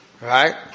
Right